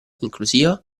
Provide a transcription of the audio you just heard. inclusiva